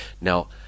now